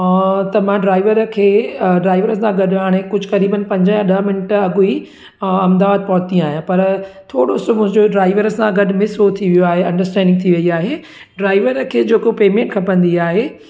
त मां ड्राइवर खे ड्राइवर सां गॾु हाणे कुझु क़रीबनि पंज ॾह मिंट अॻु ई अहमदाबाद पहुती आहियां पर थोरो सो मुंहिंजो ड्राइवर सां गॾु मिस हो थी वियो आहे अंडरस्टैंडिंग थी वई आहे ड्राइवर खे जेको पेमेंट खपंदी आहे